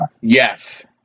Yes